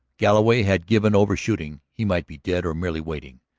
galloway had given over shooting he might be dead or merely waiting.